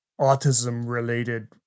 autism-related